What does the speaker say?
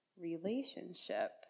relationship